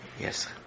Yes